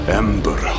ember